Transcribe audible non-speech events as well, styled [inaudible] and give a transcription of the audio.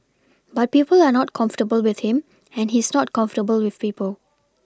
[noise] but people are not comfortable with him and he's not comfortable with people